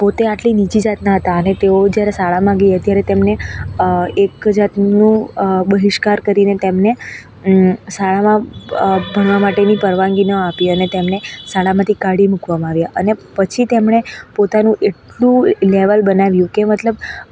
પોતે આટલી નીચી જાતના હતા અને તેઓ જ્યારે શાળામાં ગયા ત્યારે તેમણે એક જાતનું બહિષ્કાર કરીને તેમને શાળામાં ભણવા માટેની પરવાનગી ન આપી અને તેમને શાળામાંથી કાઢી મૂકવામાં આવ્યા અને પછી તેમણે પોતાનું એટલું લેવલ બનાવ્યું કે મતલબ